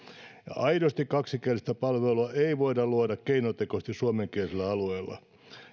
aidosti kaksikielistä palvelua ei voida luoda keinotekoisesti suomenkielisellä alueella